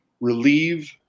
relieve